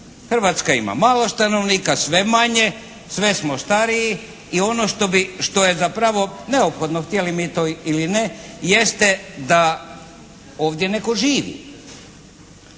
Hrvatska ima malo stanovnika, sve manje, sve smo stariji i ono što je zapravo neophodno htjeli mi to ili ne, jeste da ovdje netko živi.